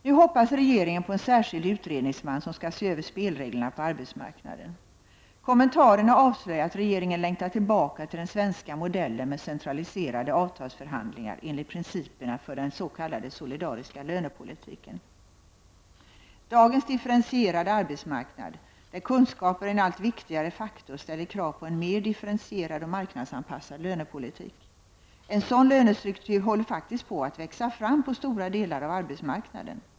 Nu hoppas regeringen på en särskild utredningsman som skall se över spelreglerna på arbetsmarknaden. Kommentarerna avslöjar att regeringen längtar tillbaka till den svenska modellen med centraliserade avtalsförhandlingar enligt principerna för den s.k. solidariska lönepolitiken. Dagens differentierade arbetsmarknad, där kunskaper är en allt viktigare faktor, ställer krav på en mer differentierad och marknadsanpassad lönepolitik. En sådan lönestruktur håller faktiskt på att växa fram på stora delar av arbetsmarknaden.